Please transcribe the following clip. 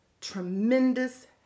tremendous